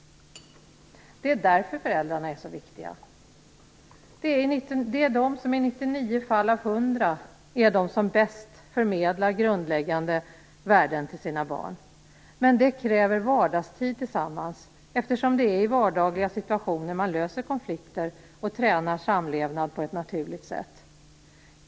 Det är därför föräldrarna är så viktiga. Det är i 99 fall av 100 de som bäst förmedlar grundläggande värden till sina barn. Men det kräver vardagstid tillsammans, eftersom det är i vardagliga situationer man löser konflikter och tränar samlevnad på ett naturligt sätt.